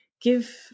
give